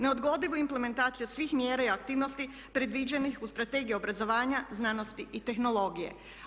Neodgodiva implementacija svih mjera i aktivnosti predviđenih u Strategiji obrazovanja, znanosti i tehnologije.